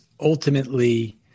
ultimately